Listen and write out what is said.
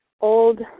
old